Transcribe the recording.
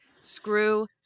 screw